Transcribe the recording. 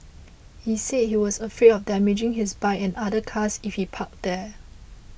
he said he was afraid of damaging his bike and other cars if he parked there